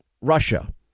Russia